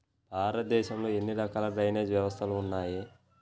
భారతదేశంలో ఎన్ని రకాల డ్రైనేజ్ వ్యవస్థలు ఉన్నాయి?